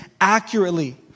accurately